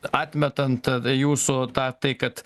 atmetant jūsų tą tai kad